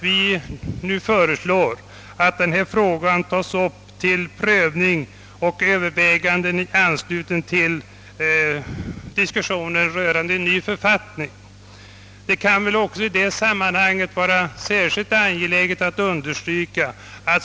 Vi föreslår nu att denna fråga tas upp till prövning och övervägande i anslutning till diskussionen rörande en ny författning.